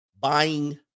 buying